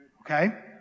Okay